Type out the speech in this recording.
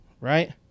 right